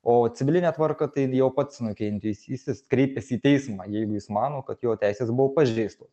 o civiline tvarka tai jau pats nukentėjusysis kreipiasi į teismą jeigu jis mano kad jo teisės buvo pažeistos